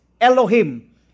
Elohim